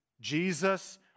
Jesus